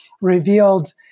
revealed